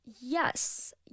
Yes